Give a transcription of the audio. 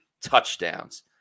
touchdowns